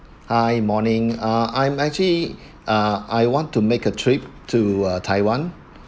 hi morning uh I'm actually uh I want to make a trip to taiwan